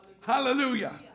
Hallelujah